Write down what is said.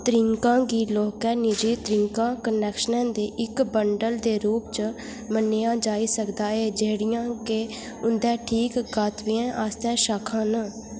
तरीकें गी लौह्के निजी त्तरीकें कनैक्शनें दे इक बंडल दे रूप च मन्नेआ जाई सकदा ऐ जेह्ड़ियां के उं'दे ठीक गन्तव्य आस्तै शाखां न